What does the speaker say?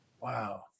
Wow